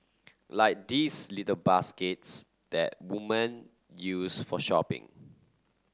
like these little baskets that women used for shopping